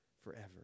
forever